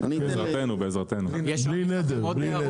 בלי נדר.